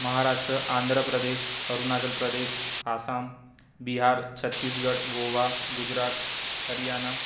Maharashtra Andhra Pradesh Arunachal Pradesh Assam Bihar Chhattisgarh Goa Gujarat Haryana